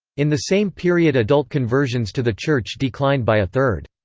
in the same period adult conversions to the church declined by a third.